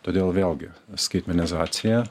todėl vėlgi skaitmenizacija